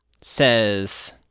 says-